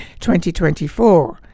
2024